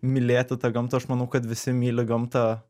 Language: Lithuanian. mylėti tą gamtą aš manau kad visi myli gamtą